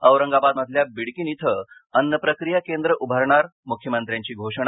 औरंगाबादमधल्या बिडकीन इथं अन्न प्रक्रिया केंद्र उभारणार मुख्यमंत्र्यांची घोषणा